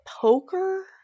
poker